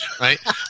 right